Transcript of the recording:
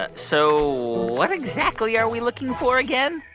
ah so what exactly are we looking for again?